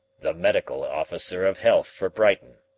the medical officer of health for brighton,